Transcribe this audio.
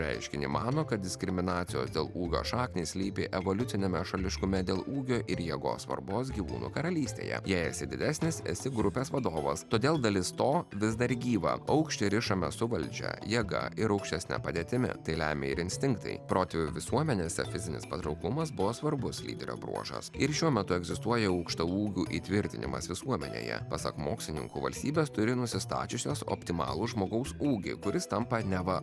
reiškinį mano kad diskriminacijos dėl ūgio šaknys slypi evoliuciniame šališkume dėl ūgio ir jėgos svarbos gyvūnų karalystėje jei esi didesnis esi grupės vadovas todėl dalis to vis dar gyva aukštį rišame su valdžia jėga ir aukštesne padėtimi tai lemia ir instinktai protėvių visuomenėse fizinis patrauklumas buvo svarbus lyderio bruožas ir šiuo metu egzistuoja aukštaūgių įtvirtinimas visuomenėje pasak mokslininkų valstybės turi nusistačiusios optimalų žmogaus ūgį kuris tampa neva